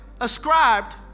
ascribed